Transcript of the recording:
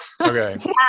Okay